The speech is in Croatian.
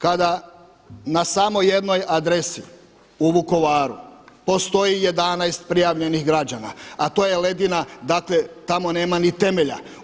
Kada na samo jednoj adresi u Vukovaru postoji 11 prijavljenih građana, a to je ledina, dakle tamo nema ni temelja.